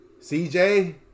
CJ